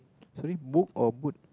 sorry book or boot